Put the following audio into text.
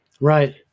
right